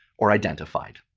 or identified.